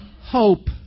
hope